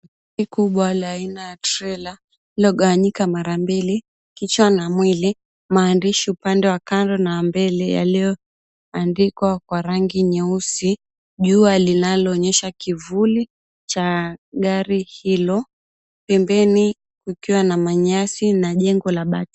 Gari kubwa la aina ya trela, lililogawanyika mara mbili, kichwa na mwili. Maandishi upande wa kando na mbele yaliyoandikwa kwa rangi nyeusi. Jua linaloonyesha kivuli cha gari hilo, pembeni kukiwa na manyasi na jengo la bati.